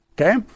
okay